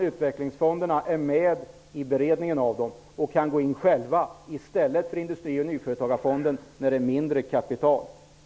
Utvecklingsfonderna är däremot med i beredningen och kan gå in själva, i stället för Industri och nyföretagarfonden, när det är fråga om mindre kapital.